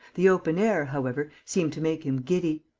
the open air, however, seemed to make him giddy.